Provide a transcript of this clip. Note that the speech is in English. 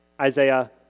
Isaiah